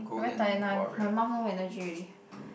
I very tired now my mouth no energy already